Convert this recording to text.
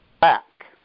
back